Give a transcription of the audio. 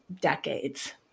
decades